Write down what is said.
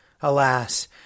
Alas